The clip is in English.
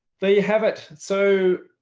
they have it so.